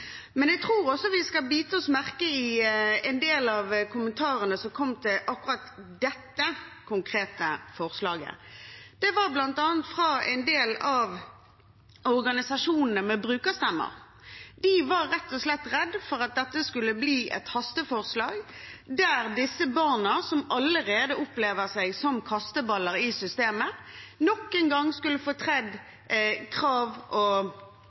Jeg tror også vi skal bite oss merke i en del av kommentarene som kom til akkurat dette konkrete forslaget. Det var bl.a. fra en del av organisasjonene med brukerstemmer. De var rett og slett redd for at dette skulle bli et hasteforslag der disse barna som allerede opplever seg som kasteballer i systemet, nok en gang skulle få tredd krav og